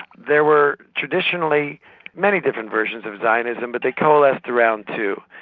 there were traditionally many different versions of zionism but they coalesced around two.